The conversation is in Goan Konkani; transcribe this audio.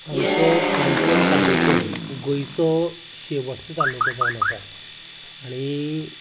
आमचो काणकोण तालुको गोंयचो शेवटचो तालुको जावन आसा आनी